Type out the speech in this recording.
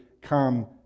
come